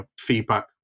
feedback